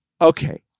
Okay